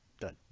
Done